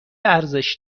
ارزش